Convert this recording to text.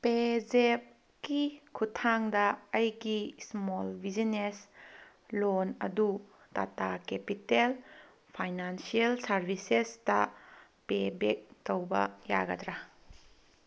ꯄꯦ ꯖꯦꯞꯀꯤ ꯈꯨꯠꯊꯥꯡꯗ ꯑꯩꯒꯤ ꯁ꯭ꯃꯣꯜ ꯕꯤꯖꯤꯅꯦꯁ ꯂꯣꯟ ꯑꯗꯨ ꯇꯥꯇꯥ ꯀꯦꯄꯤꯇꯦꯜ ꯐꯥꯏꯅꯥꯟꯁꯤꯌꯦꯜ ꯁꯥꯔꯕꯤꯁꯦꯁꯇ ꯄꯦꯕꯦꯛ ꯇꯧꯕ ꯌꯥꯒꯗ꯭ꯔꯥ